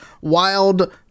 wild